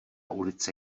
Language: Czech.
ulice